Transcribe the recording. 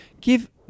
Give